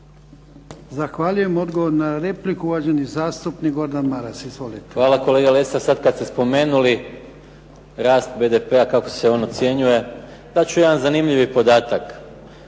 Zahvaljujem. Odgovor na repliku uvaženi zastupnik Gordan Maras. Izvolite. **Maras, Gordan (SDP)** Hvala kolega Lesar. Sada kad ste spomenuli rast BDP-a i kako se on ocjenjuje, dat ću jedan zanimljivi podatak